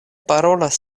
parolas